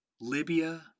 Libya